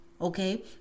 Okay